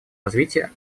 развития